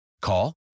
Call